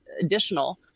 additional